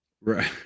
Right